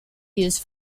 used